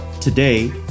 Today